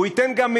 הוא ייתן גם,